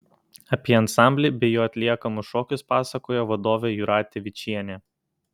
apie ansamblį bei jo atliekamus šokius pasakojo vadovė jūratė vyčienė